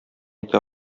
итә